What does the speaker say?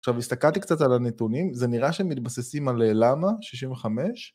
עכשיו הסתכלתי קצת על הנתונים, זה נראה שהם מתבססים על למה 65